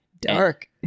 Dark